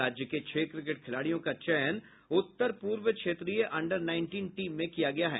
राज्य के छह क्रिकेट खिलाड़ियों का चयन उत्तर पूर्व क्षेत्रीय अंडर नाईनटीन टीम में किया गया है